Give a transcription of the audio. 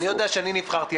אני יודע שאני נבחרתי.